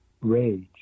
rage